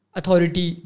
authority